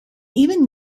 even